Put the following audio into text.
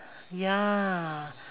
ya